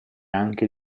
anche